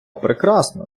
прекрасно